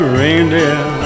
reindeer